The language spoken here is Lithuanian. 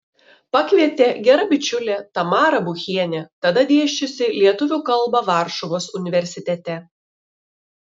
pakvietė gera bičiulė tamara buchienė tada dėsčiusi lietuvių kalbą varšuvos universitete